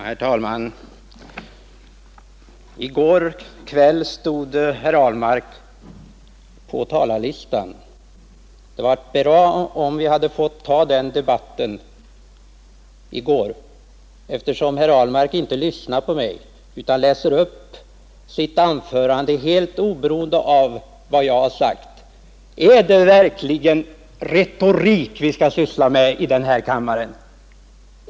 Herr talman! I går kväll stod herr Ahlmarks namn på talarlistan. Det hade varit bra om vi hade fått föra denna debatt i går, eftersom herr Ahlmark inte har lyssnat på mig utan läser upp sitt anförande helt oberoende av vad jag har sagt. Är det verkligen retorik vi skall syssla med i denna kammare?